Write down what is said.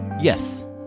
Yes